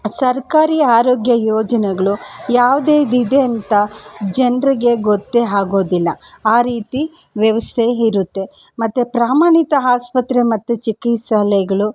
ಸರ್ಕಾರಿ ಆರೋಗ್ಯ ಯೋಜನೆಗಳು ಯಾವುದ್ಯಾವ್ದಿದೆ ಅಂತ ಜನರಿಗೆ ಗೊತ್ತೇ ಆಗೋದಿಲ್ಲ ಆ ರೀತಿ ವ್ಯವಸ್ಥೆ ಇರುತ್ತೆ ಮತ್ತೆ ಪ್ರಮಾಣಿತ ಆಸ್ಪತ್ರೆ ಮತ್ತೆ ಚಿಕಿತ್ಸಾಲಯಗಳು